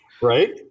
Right